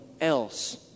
else